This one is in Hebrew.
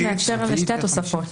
--- מאשר על שתי התוספות.